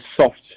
soft